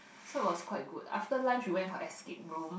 so was quite good after lunch we went for escape room